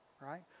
right